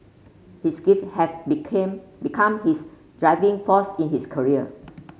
his gift have became become his driving force in his career